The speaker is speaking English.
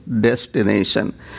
destination